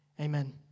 Amen